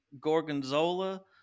gorgonzola